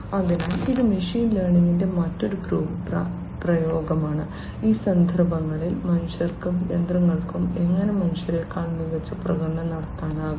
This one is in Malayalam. അതിനാൽ ഇത് മെഷീൻ ലേണിംഗിന്റെ മറ്റൊരു പ്രയോഗമാണ് ഈ സന്ദർഭങ്ങളിൽ മനുഷ്യർക്കും യന്ത്രങ്ങൾക്കും എങ്ങനെ മനുഷ്യരേക്കാൾ മികച്ച പ്രകടനം നടത്താനാകും